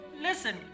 Listen